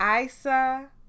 Isa